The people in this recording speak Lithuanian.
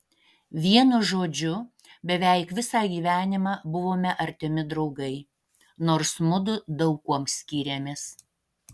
vienu žodžiu beveik visą gyvenimą buvome artimi draugai nors mudu daug kuom skyrėmės